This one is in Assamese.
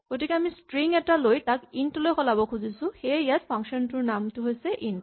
গতিকে আমি ষ্ট্ৰিং এটা লৈ তাক ইন্ট লৈ সলাব খুজিছো সেয়ে ইয়াত ফাংচন টোৰ নামটো হৈছে ইন্ট